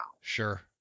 Sure